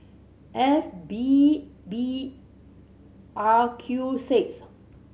F P B R Q six